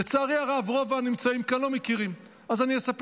לצערי הרב רוב הנמצאים כאן לא מכירים אז אני אספר